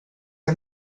que